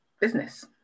business